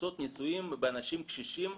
לעשות ניסויים באנשים קשישים,